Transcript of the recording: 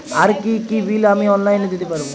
আর কি কি বিল আমি অনলাইনে দিতে পারবো?